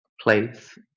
place